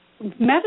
medicine